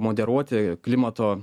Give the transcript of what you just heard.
moderuoti klimato